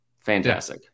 fantastic